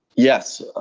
yes,